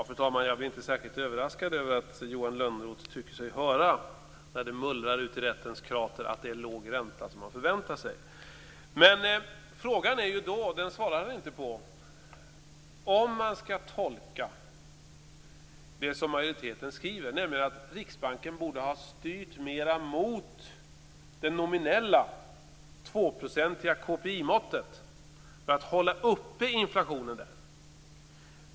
Fru talman! Jag blir inte särskilt överraskad över att Johan Lönnroth tycker sig höra när det mullrar uti rättens krater att det är låg ränta som man förväntar sig. Majoritetens skriver att Riksbanken borde ha styrt mera mot det nominella tvåprocentiga KPI-måttet för att hålla uppe inflationen.